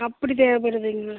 அப்படி தேவைப்படுதுங்களா